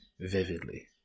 vividly